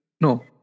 No